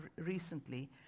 recently